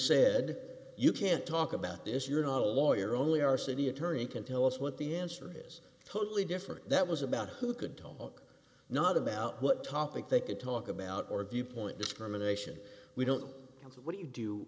said you can't talk about this you're not a lawyer only our city attorney can tell us what the answer is totally different that was about who could talk not about what topic they could talk about or viewpoint discrimination we don't know what do you do